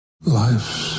Life